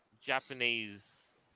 Japanese